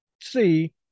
see